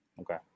Okay